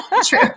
true